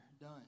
done